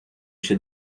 się